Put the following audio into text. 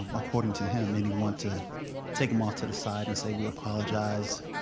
according to him, anyone to take him off to the side and say we apologize,